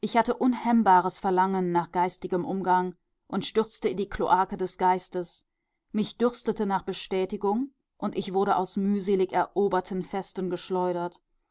ich hatte unhemmbares verlangen nach geistigem umgang und stürzte in die kloake des geistes mich dürstete nach bestätigung und ich wurde aus mühselig eroberten festen geschleudert